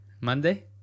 monday